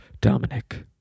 Dominic